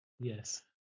Yes